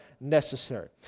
necessary